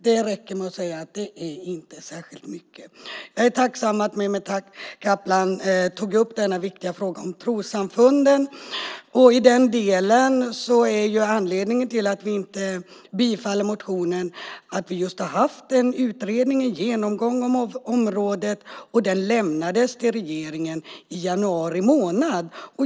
Det räcker med att säga att det inte är särskilt mycket. Jag är tacksam för att Mehmet Kaplan tog upp den viktiga frågan om trossamfunden. Anledningen till att vi inte biträder motionen är att vi just har haft en utredning och genomgång av området. Den lämnades till regeringen i januari månad.